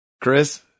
Chris